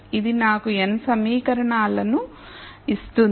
ఇది నాకు n సమీకరణాలను ఇస్తుంది